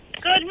good